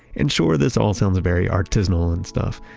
and sure, this all sounds very artisanal and stuff,